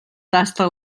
tasta